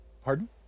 Pardon